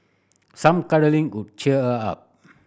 some cuddling could cheer her up